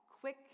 Quick